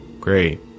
great